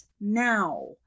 now